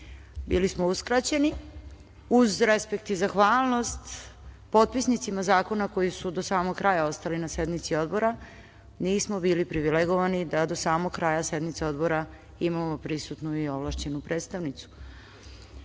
Bili smo uskraćeni, uz respekt i zahvalnost potpisnicima zakona koji su do samog kraja ostali na sednici odbora, nismo bili privilegovani da do samog kraja sednice odbora imamo prisutnu i ovlašćenu predstavnicu,